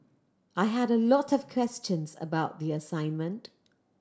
I had a lot of questions about the assignment